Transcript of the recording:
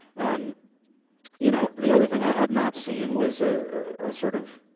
and you know, the other thing i had not seen was a sort of